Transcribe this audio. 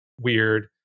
weird